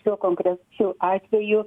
šiuo konkrečiu atveju